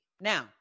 Now